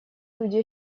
люди